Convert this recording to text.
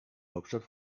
hauptstadt